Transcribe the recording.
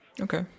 Okay